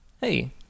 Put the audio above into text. Hey